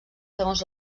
segons